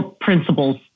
principles